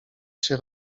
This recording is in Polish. się